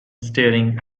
staring